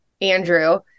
Andrew